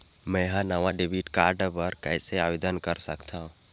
मेंहा नवा debit card बर कैसे आवेदन कर सकथव?